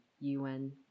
UN